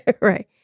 right